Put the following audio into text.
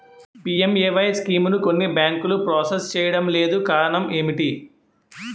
PMAY స్కీమును కొన్ని బ్యాంకులు ప్రాసెస్ చేయడం లేదు కారణం ఏమిటి?